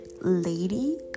lady